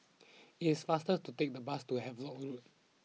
it is faster to take the bus to Havelock